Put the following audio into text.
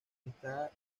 está